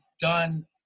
done